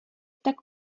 tak